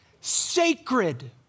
sacred